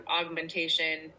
augmentation